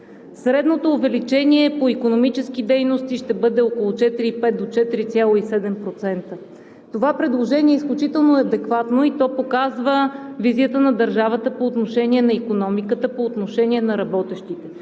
Средното увеличение по икономически дейности ще бъде около 4,5 до 4,7%. Това предложение е изключително адекватно и то показва визията на държавата по отношение на икономиката, на работещите,